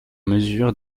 mesure